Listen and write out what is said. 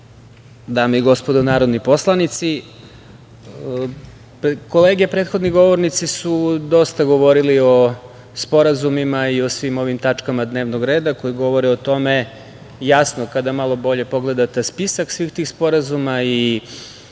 dame i gospodo narodni poslanici, kolege prethodni govornici su dosta govorili o sporazumima i o svim ovim tačkama dnevnog reda koje govore o tome jasno. Kada malo bolje pogledate spisak svih tih sporazuma i